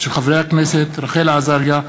מאת חברות הכנסת רחל עזריה,